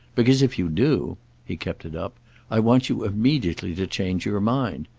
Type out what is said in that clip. because if you do he kept it up i want you immediately to change your mind.